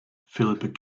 phillip